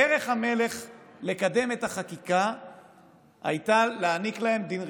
דרך המלך לקדם את החקיקה הייתה להעניק להם דין רציפות,